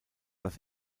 das